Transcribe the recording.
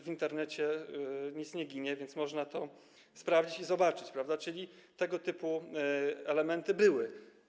W Internecie nic nie ginie, więc można to sprawdzić i zobaczyć, że tego typu elementy były.